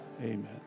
Amen